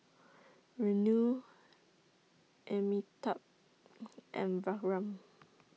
Renu Amitabh and Vikram